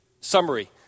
summary